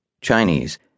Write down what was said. Chinese